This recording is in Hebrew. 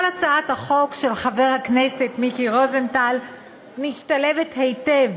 אבל הצעת החוק של חבר הכנסת מיקי רוזנטל משתלבת היטב